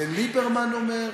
ליברמן אומר,